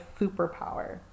superpower